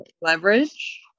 Leverage